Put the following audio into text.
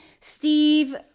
Steve